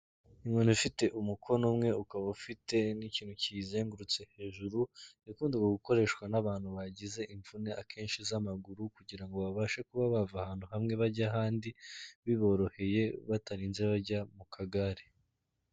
Umuntu ufite umukono umwe, ukaba ufite n'ikintu kiyizengurutse hejuru, wakundaga gukoreshwa n'abantu bagize imvune akenshi z'amaguru, kugira ngo babashe kuba bava ahantu hamwe bajya ahandi, biboroheye, batarinze bajya mu kagare.